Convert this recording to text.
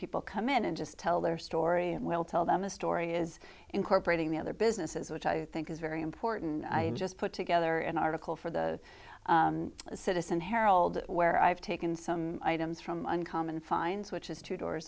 people come in and just tell their story we'll tell them a story is incorporating the other businesses which i think is very important and i just put together an article for the citizen herald where i've taken some items from uncommon finds which is two doors